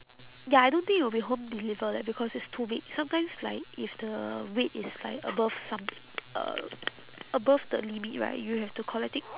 ya I don't think it will be home deliver leh because it's too big sometimes like if the weight is like above some uh above the limit right you have to collect it